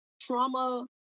trauma